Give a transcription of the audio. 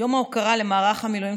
יום ההוקרה למערך המילואים,